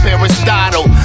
Aristotle